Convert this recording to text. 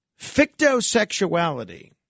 Fictosexuality